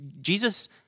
Jesus